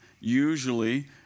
Usually